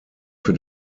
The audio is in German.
für